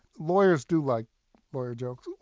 lawyers do like lawyer jokes.